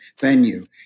venue